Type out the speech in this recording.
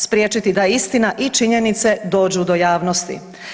Spriječiti da istina i činjenice dođu do javnosti.